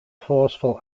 forceful